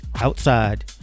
outside